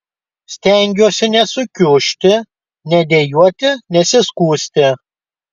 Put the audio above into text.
stengiuosi nesukiužti nedejuoti nesiskųsti